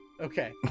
Okay